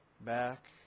back